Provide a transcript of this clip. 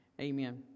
Amen